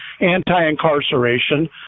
anti-incarceration